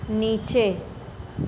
નીચે